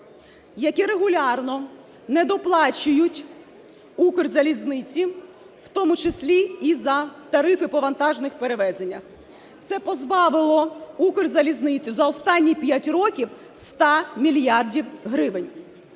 які регулярно недоплачують Укрзалізниці, в тому числі і за тарифи по вантажних перевезеннях. Це позбавило Укрзалізницю за останні 5 років 100 мільярдів гривень.